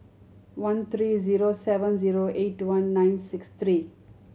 one three zero seven zero eight two one nine six three